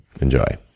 Enjoy